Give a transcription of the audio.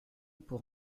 pour